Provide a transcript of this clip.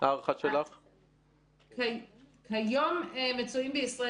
לפי הנתונים שלנו כיום מצויים בישראל